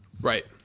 Right